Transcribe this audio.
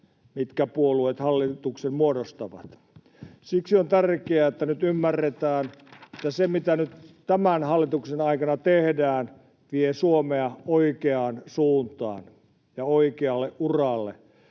mitkä puolueet hallituksen muodostavat. Siksi on tärkeää, että nyt ymmärretään, että se, mitä nyt tämän hallituksen aikana tehdään, vie Suomea oikeaan suuntaan ja oikealle uralle.